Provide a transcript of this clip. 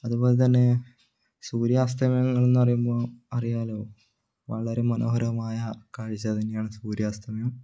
അതുപോലെതന്നെ സൂര്യാസ്തമയങ്ങൾ എന്നു പറയുമ്പോൾ അറിയാല്ലോ വളരെ മനോഹരമായ കാഴ്ച തന്നെയാണ് സൂര്യാസ്തമയം